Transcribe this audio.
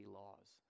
laws